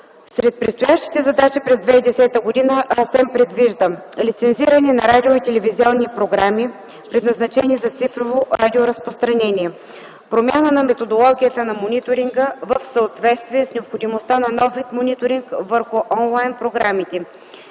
Сред предстоящите задачи през 2010 г. СЕМ предвижда: - лицензиране на радио- и телевизионни програми, предназначени за цифрово разпространение; - промяна на методологията на мониторинга, в съответствие с необходимостта на нов вид мониторинг върху онлайн програмите;